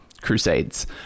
crusades